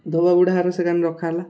ଧୋବା ବୁଢ଼ା ଘର ସେକାନି ରଖାହେଲା